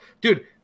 dude